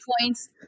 points